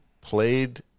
played